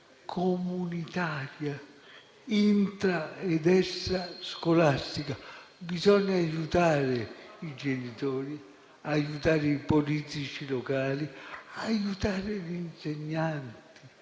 comunitaria intra ed extra scolastica. Bisogna aiutare i genitori, i politici locali e gli insegnanti